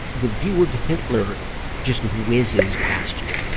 the view of hitler just whizzes past you,